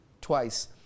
twice